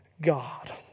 God